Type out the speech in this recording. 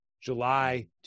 July